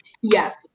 Yes